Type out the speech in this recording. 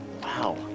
wow